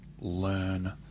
learn